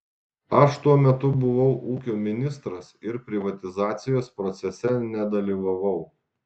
aš tuo metu buvau ūkio ministras ir privatizacijos procese nedalyvavau